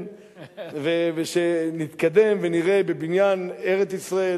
ונתקדם ונראה בבניין ארץ-ישראל,